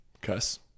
cuss